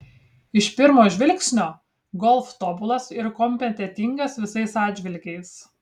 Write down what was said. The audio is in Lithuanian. iš pirmo žvilgsnio golf tobulas ir kompetentingas visais atžvilgiais